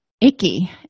icky